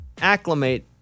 acclimate